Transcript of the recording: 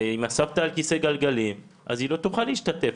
ואם הסבתא על כסא גלגלים אז היא לא תוכל להשתתף.